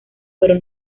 pero